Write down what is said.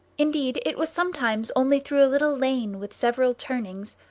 indeed it was sometimes only through a little lane with several turnings,